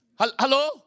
Hello